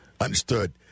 Understood